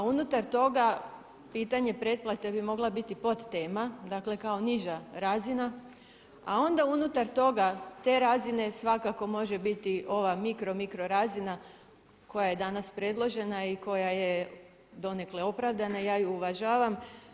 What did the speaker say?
A unutar toga pitanje pretplate bi mogla biti podtema, dakle kao niža razina a onda unutar toga te razine svakako može biti ova mikro, mikro razina koja je danas predložena i koja je donekle opravdana i ja ju uvažavam.